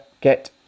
get